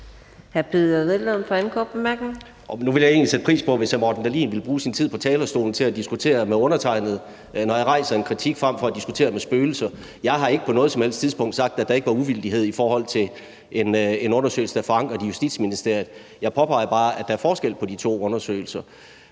egentlig sætte pris på, hvis hr. Morten Dahlin ville bruge sin tid på talerstolen til at diskutere med undertegnede, når jeg rejser en kritik, frem for at diskutere med spøgelser. Jeg har ikke på noget som helst tidspunkt sagt, at der ikke var uvildighed i forhold til en undersøgelse, der er forankret i Justitsministeriet. Jeg påpeger bare, at der er forskel på de to undersøgelser,